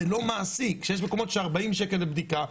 זה לא מעשי כשיש מקומות שבהם בדיקה עולה 40 שקל,